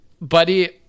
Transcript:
buddy